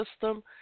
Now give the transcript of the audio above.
system